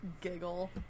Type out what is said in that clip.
Giggle